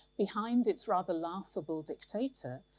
behind its rather laughable dictator,